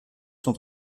sont